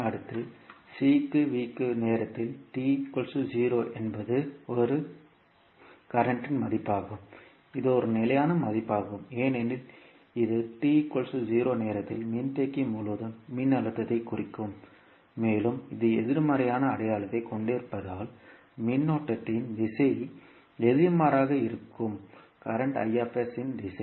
அடுத்தது C க்கு V க்கு நேரத்தில் t 0 என்பது ஒரு தற்போதைய மதிப்பாகும் இது ஒரு நிலையான மதிப்பாகும் ஏனெனில் இது t 0 நேரத்தில் மின்தேக்கி முழுவதும் மின்னழுத்தத்தைக் குறிக்கும் மேலும் இது எதிர்மறையான அடையாளத்தைக் கொண்டிருப்பதால் மின்னோட்டத்தின் திசை எதிர்மாறாக இருக்கும் தற்போதைய I திசை